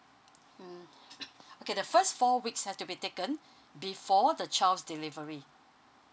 mm okay the first four weeks have to be taken before the child's delivery